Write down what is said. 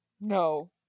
No